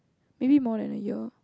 maybe more than a year